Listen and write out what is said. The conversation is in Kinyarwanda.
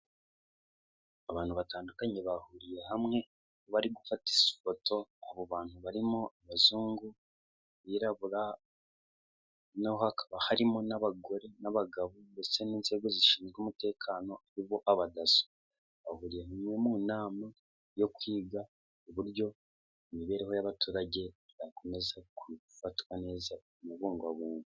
Abantu batandukanye bahuriye hamwe bari gufata ifoto. Abo bantu barimo abazungu, abirarabura. Naho hakaba harimo n'abagore n'abagabo ndetse n'inzego zishinzwe umutekano aribo aba DASO. Bahuriye mu nama yo kwiga uburyo imibereho y'abaturage yakomeza gufatwa neza, kubungabungwa.